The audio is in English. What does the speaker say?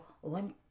one